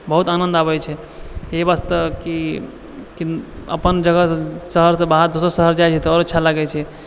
बहुत आनन्द आबै छै एहि वास्ते कि अपन जगहसँ शहरसँ बाहर दोसर जगह जाइ छै तऽ बहुत अच्छा लागै छै